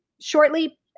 shortly